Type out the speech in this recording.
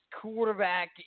quarterback